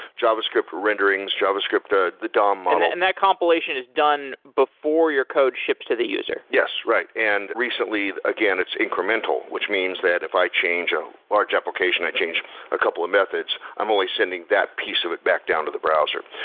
javascript renderings, javascript ah the dom model. and that compilation is done before your code ships to the user. yes, right. and recently, again, it's incremental, which means that if i change in a um large application, i change a couple of methods, i'm only sending that piece of it back down to the browser.